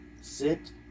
Sit